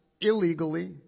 illegally